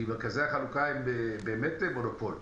כי מרכזי החלוקה הם באמת מונופול.